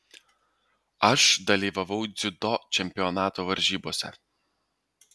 aš dalyvavau dziudo čempionato varžybose